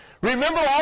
remember